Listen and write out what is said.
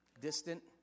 Distant